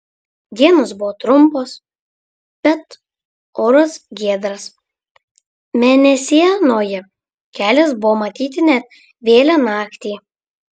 dienos buvo trumpos bet oras giedras mėnesienoje kelias buvo matyti net vėlią naktį